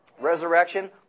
Resurrection